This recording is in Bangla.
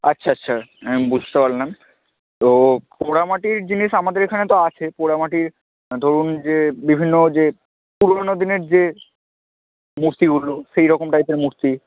আচ্ছা আচ্ছা আমি বুঝতে পারলাম তো পোড়ামাটির জিনিস আমাদের এখানে তো আছে পোড়ামাটির ধরুন যে বিভিন্ন যে পুরনো দিনের যে মূর্তিগুলো সেইরকম টাইপের মূর্তি